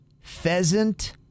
pheasant